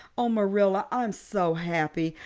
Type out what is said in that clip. oh, marilla, i'm so happy.